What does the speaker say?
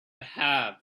have